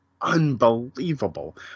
unbelievable